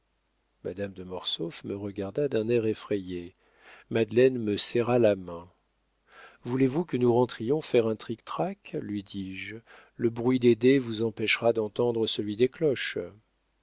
madame de mortsauf me regarda d'un air effrayé madeleine me serra la main voulez-vous que nous rentrions faire un trictrac lui dis-je le bruit des dés vous empêchera d'entendre celui des cloches